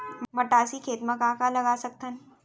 मटासी खेत म का का लगा सकथन?